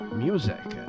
music